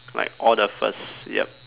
like all the first yup